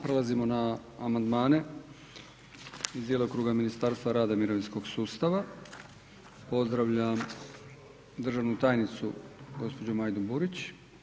Prelazimo na amandmane iz djelokruga Ministarstva rada i mirovinskog sustava. pozdravljam državnu tajnicu, gđu. Majdu Burić.